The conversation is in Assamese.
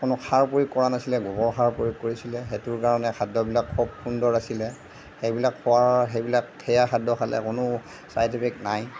কোনো সাৰ প্ৰয়োগ কৰা নাছিলে গোবৰ সাৰ প্ৰয়োগ কৰিছিলে সেইটো কাৰণে খাদ্য়বিলাক খুব সুন্দৰ আছিলে সেইবিলাক খোৱাৰ সেইবিলাক সেইয়া খাদ্য খালে কোনো চাইড ইফেক্ট নাই